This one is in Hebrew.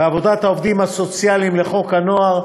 בעבודת העובדים הסוציאליים לחוק הנוער